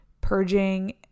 purging